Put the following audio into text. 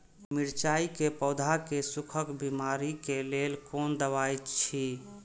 मिरचाई के पौधा के सुखक बिमारी के लेल कोन दवा अछि?